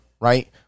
right